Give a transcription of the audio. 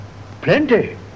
Plenty